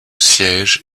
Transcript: siège